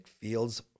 fields